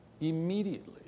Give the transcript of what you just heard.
immediately